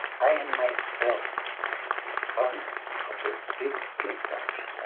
i am myself the son of a big interpreter.